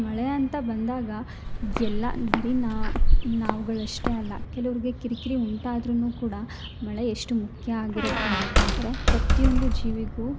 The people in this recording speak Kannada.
ಮಳೆ ಅಂತ ಬಂದಾಗ ಎಲ್ಲ ಬರಿ ನಾನು ನಾವ್ಗಳು ಅಷ್ಟೇ ಅಲ್ಲ ಕೆಲವ್ರಿಗೆ ಕಿರಿ ಕಿರಿ ಉಂಟು ಆದ್ರೂ ಕೂಡ ಮಳೆ ಎಷ್ಟು ಮುಖ್ಯ ಆಗಿರುತ್ತೆ ಅಂತ ಅಂದರೆ ಪ್ರತಿಯೊಂದು ಜೀವಿಗೂ